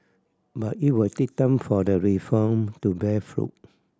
but it will take time for the reform to bear fruit